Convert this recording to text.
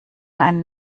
einen